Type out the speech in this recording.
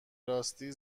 راستی